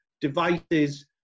devices